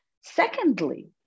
Secondly